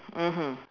mmhmm